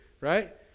Right